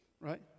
right